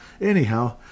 Anyhow